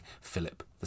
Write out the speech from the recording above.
Philip